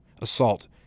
assault